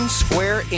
square